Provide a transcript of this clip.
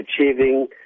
achieving